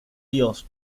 dios